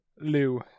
Lou